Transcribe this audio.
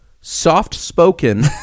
soft-spoken